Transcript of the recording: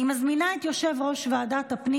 אני מזמינה את יושב-ראש ועדת הפנים